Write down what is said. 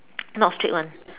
not straight [one]